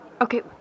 Okay